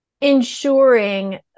ensuring